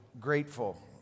grateful